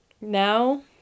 Now